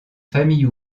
famille